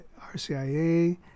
RCIA